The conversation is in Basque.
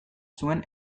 zuen